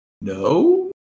No